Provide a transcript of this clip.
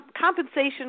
compensation